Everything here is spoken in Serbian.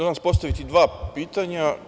Danas ću postaviti dva pitanja.